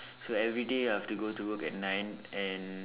so everyday I have to go to work at nine and